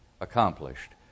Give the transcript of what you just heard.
accomplished